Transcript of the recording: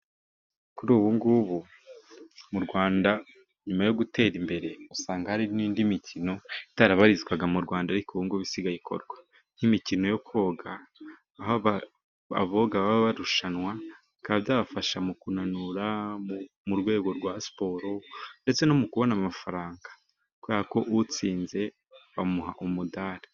Kuri ubu ngubu mu Rwanda, nyuma yo gutera imbere usanga hari n'indi mikino itarabarizwaga mu Rwanda ariko ubu ngubu isigaye ikorwa, nk'imikino yo koga baba barushanwa bikaba byabafasha mu kunanura, mu rwego rwa siporo ndetse no mu kubona amafaranga, kubera ko utsinze bamuha umudali.